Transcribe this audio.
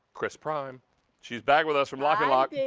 chris prime she is back with us from lock and lock.